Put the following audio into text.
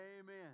Amen